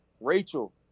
Rachel